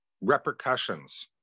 repercussions